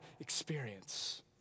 experience